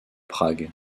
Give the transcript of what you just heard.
prague